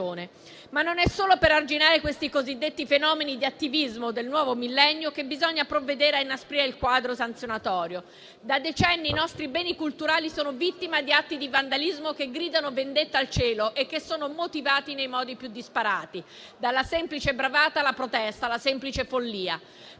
Ma non è solo per arginare questi cosiddetti fenomeni di attivismo del nuovo millennio che bisogna provvedere a inasprire il quadro sanzionatorio. Da decenni i nostri beni culturali sono vittima di atti di vandalismo che gridano vendetta al cielo e che sono motivati nei modi più disparati: dalla semplice bravata, alla protesta, alla semplice follia.